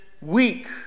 week